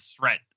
threat